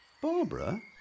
Barbara